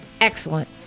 Excellent